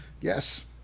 Yes